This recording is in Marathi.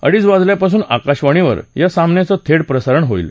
अडीच वाजल्यापासून आकाशवाणीवर या सामन्याचं थेट प्रसारण होईल